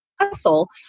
hustle